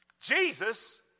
Jesus